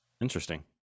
Interesting